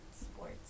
Sports